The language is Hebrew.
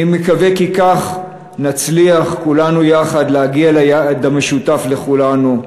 אני מקווה כי כך נצליח כולנו יחד להגיע ליעד המשותף לכולנו,